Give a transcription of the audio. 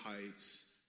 Heights